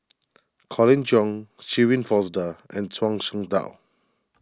Colin Cheong Shirin Fozdar and Zhuang Shengtao